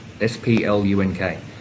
S-P-L-U-N-K